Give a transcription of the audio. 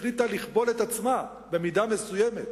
שהחליטה לכבול את עצמה במידה מסוימת,